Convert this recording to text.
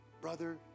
brother